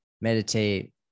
meditate